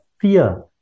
fear